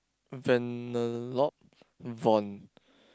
Vanellope von